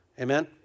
Amen